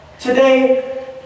Today